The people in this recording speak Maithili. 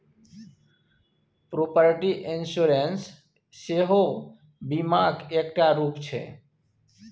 प्रोपर्टी इंश्योरेंस सेहो बीमाक एकटा रुप छै